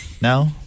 Now